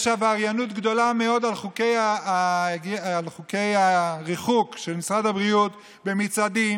יש עבריינות גדולה מאוד על חוקי הריחוק של משרד הבריאות במצעדים,